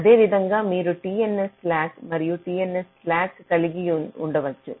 అదేవిధంగా మీరు TNS slack మరియు TNS స్లాక్ కలిగి ఉండవచ్చు